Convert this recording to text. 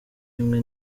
imwe